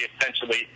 essentially